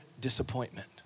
disappointment